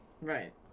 Right